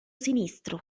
sinistro